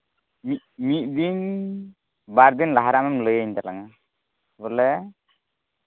ᱢᱤᱫ ᱢᱤᱫ ᱫᱤᱱ ᱵᱟᱨ ᱫᱤᱞ ᱞᱟᱦᱟ ᱨᱮ ᱟᱢᱮᱢ ᱞᱟᱹᱭᱟᱹᱧ ᱛᱟᱞᱟᱝᱟ ᱵᱚᱞᱮ